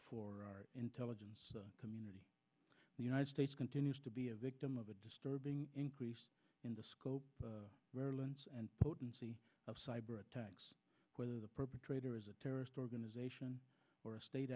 for our intelligence community the united states continues to be a victim of a disturbing increase in the scope of maryland and potency of cyber attacks whether the perpetrator is a terrorist organization or a state